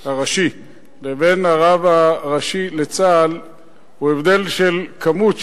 הראשי לבין הרב הראשי לצה"ל הוא הבדל של כמות,